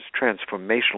transformational